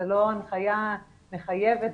זו לא הנחיה מחייבת,